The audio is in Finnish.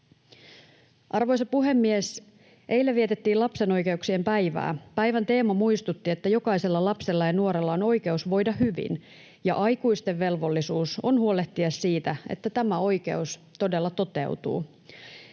Arvoisa puhemies! Eilen vietettiin lapsen oikeuksien päivää. Päivän teema muistutti, että jokaisella lapsella ja nuorella on oikeus voida hyvin ja aikuisten velvollisuus on huolehtia siitä, että tämä oikeus todella toteutuu.